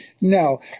No